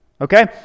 Okay